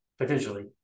potentially